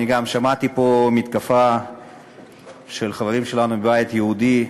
אני גם שמעתי פה מתקפה של חברים שלנו מהבית היהודי,